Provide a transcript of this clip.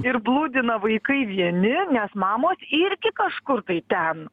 ir blūdina vaikai vieni nes mamos irgi kažkur tai ten